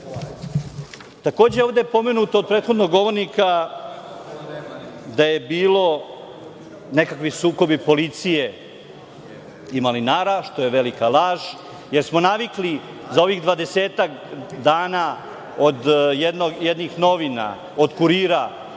ovde je pomenuto od prethodnog govornika da je bilo nekakvih sukoba policije i malinara, što je velika laž, jer smo navikli za ovih 20 dana od jednih novina, od „Kurira“